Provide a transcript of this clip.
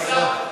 כי זה נעשה,